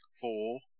four